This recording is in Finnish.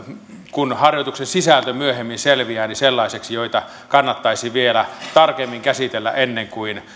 kun harjoituksen sisältö myöhemmin selviää sellaiseksi jota kannattaisi vielä tarkemmin käsitellä ennen kuin